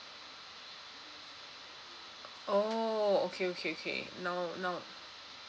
oh okay okay okay now now